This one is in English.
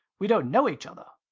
we don't know each other.